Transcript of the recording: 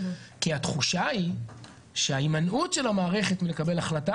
כי התחושה היא שההימנעות של המערכת מלקבל החלטה